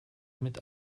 mit